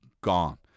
gone